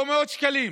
לא מאות שקלים,